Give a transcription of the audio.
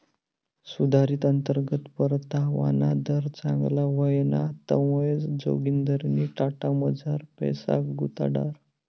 सुधारित अंतर्गत परतावाना दर चांगला व्हयना तवंय जोगिंदरनी टाटामझार पैसा गुताडात